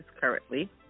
currently